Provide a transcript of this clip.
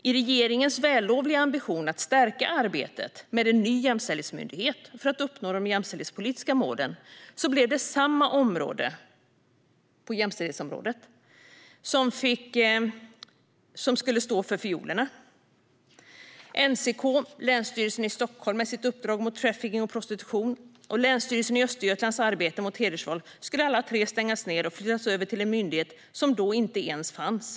I regeringens vällovliga ambition att stärka arbetet med en ny jämställdhetsmyndighet för att uppnå de jämställdhetspolitiska målen blev det samma område - jämställdhetsområdet - som skulle stå för fiolerna. NCK, Länsstyrelsen i Stockholm med dess uppdrag mot trafficking och prostitution och Länsstyrelsen i Östergötland med dess arbete mot hedersvåld skulle alla tre stängas ned och flyttas över till en myndighet som då inte ens fanns.